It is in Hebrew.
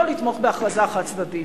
לא לתמוך בהכרזה חד-צדדית.